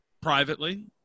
privately